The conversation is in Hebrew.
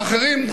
האחרים,